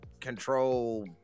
control